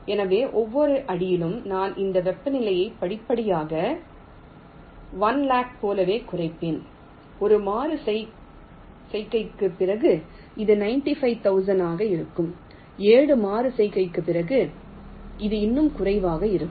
எனவே ஒவ்வொரு அடியிலும் நான் இந்த வெப்பநிலையை படிப்படியாக 100000 போலவே குறைப்பேன் ஒரு மறு செய்கைக்குப் பிறகு அது 95000 ஆக இருக்கும் 7 மறு செய்கைக்குப் பிறகு அது இன்னும் குறைவாக இருக்கும்